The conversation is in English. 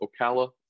Ocala